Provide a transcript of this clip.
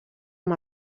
amb